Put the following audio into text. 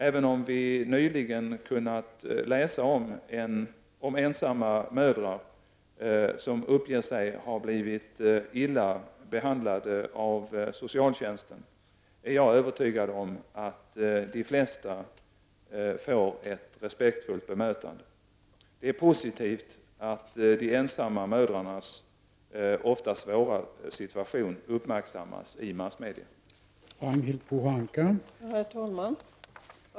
Även om vi nyligen kunnat läsa om ensamma mödrar som uppger sig ha blivit illa behandlade av socialtjänsten, är jag övertygad om att de flesta får ett respektfullt bemötande. Det är positivt att de ensamma mödrarnas ofta svåra situation uppmärksammas i massmedia.